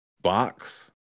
box